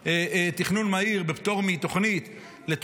תכנון מהיר בפטור מתוכנית כמו שעשינו בדרום,